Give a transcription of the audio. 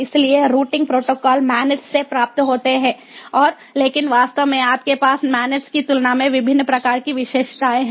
इसलिए routing protocol MANETs से प्राप्त होते हैं और लेकिन वास्तव में आपके पास MANETs की तुलना में विभिन्न प्रकार की विशेषताएं हैं